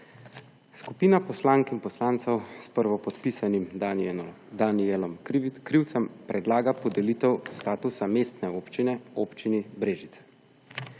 Skupina poslank in poslancev s prvopodpisanim Danijelom Krivcem predlaga podelitev statusa mestne občine Občini Brežice.